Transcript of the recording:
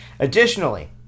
Additionally